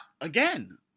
again